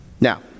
Now